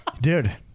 Dude